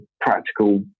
practical